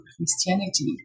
Christianity